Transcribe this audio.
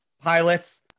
pilots